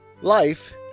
life